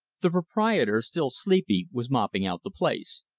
the proprietor, still sleepy, was mopping out the place.